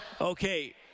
okay